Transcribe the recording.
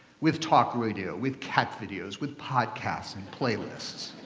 with talk radio, with cat videos, with podcasts and playlists.